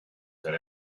that